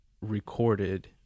recorded